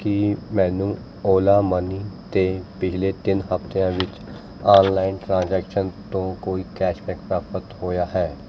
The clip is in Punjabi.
ਕੀ ਮੈਨੂੰ ਓਲਾ ਮਨੀ 'ਤੇ ਪਿਛਲੇ ਤਿੰਨ ਹਫ਼ਤਿਆਂ ਵਿੱਚ ਆਨਲਾਈਨ ਟ੍ਰਾਂਜੈਕਸ਼ਨ ਤੋਂ ਕੋਈ ਕੈਸ਼ਬੈਕ ਪ੍ਰਾਪਤ ਹੋਇਆ ਹੈ